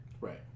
Right